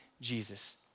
Jesus